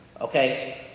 okay